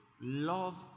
love